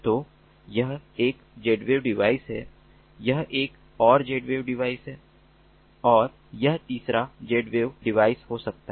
तो यह एक Zwave डिवाइस है यह एक और Zwave डिवाइस है और यह तीसरा Zwave डिवाइस हो सकता है